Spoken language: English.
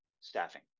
staffing